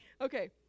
Okay